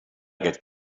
get